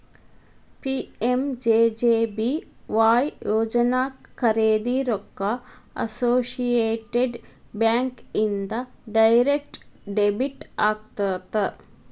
PMJJBY ಯೋಜನಾ ಖರೇದಿ ರೊಕ್ಕ ಅಸೋಸಿಯೇಟೆಡ್ ಬ್ಯಾಂಕ್ ಇಂದ ಡೈರೆಕ್ಟ್ ಡೆಬಿಟ್ ಆಗತ್ತ